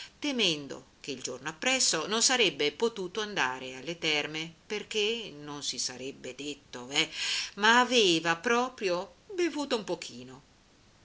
temendo che il giorno appresso non sarebbe potuto andare alle terme perché non si sarebbe detto veh ma aveva proprio bevuto un pochino